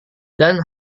dan